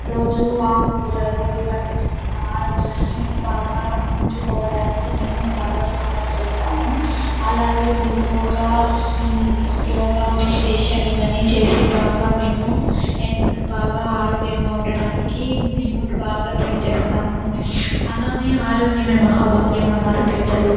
రోజు ఆకుకూరలు ఇవన్నీ తిని మా ఆరోగ్యాన్ని బాగా ఉంచుకోవడానికి మేము బాగా సహాయం చేస్తాము అలాగే మళ్ళీ యోగ యోగ మెడిటేషన్ ఇవన్నీ చేసి బాగా మేము ఎన్ బాగా ఆరోగ్యంగా ఉండటానికి మేము బాగా ట్రై చేస్తాము అలానే ఆరోగ్యమే మహాభాగ్యం అన్నారు పెద్దలు